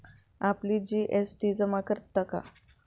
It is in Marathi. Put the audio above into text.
आपण जी.एस.टी जमा करता का?